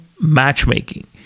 Matchmaking